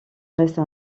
reste